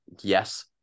yes